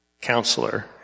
counselor